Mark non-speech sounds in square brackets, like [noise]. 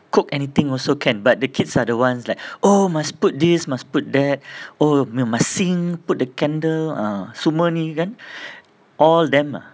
coke anything also can but the kids are the ones that like oh must put this must put that [breath] oh must sing put the candle ah semua ni kan [breath] all them ah